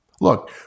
Look